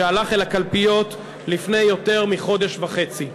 שהלך אל הקלפיות לפני יותר מחודש וחצי.